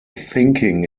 thinking